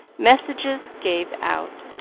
messages gave out,